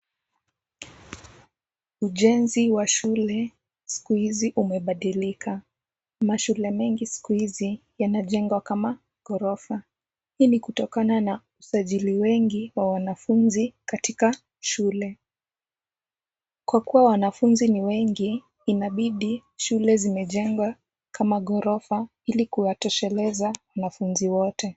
Ujenzi wa shule siku hizi umebandilika, mashule mengi siku hizi yanajengwa kama ghorofa, hii ni kutokana na usajili wengi wa wanafunzi katika shule, kwa kuwa wanafunzi ni wengi inabidi shule zimejengwa kama ghorofa ili kuwatosheleza wanafunzi wote.